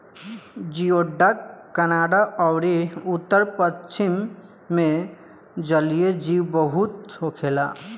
जियोडक Canada अउरी उत्तर पश्चिम मे जलीय जीव बहुत होखेले